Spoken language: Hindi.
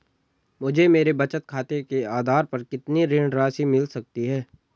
मुझे मेरे बचत खाते के आधार पर कितनी ऋण राशि मिल सकती है?